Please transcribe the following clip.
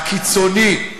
הקיצוני,